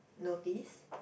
notice